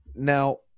now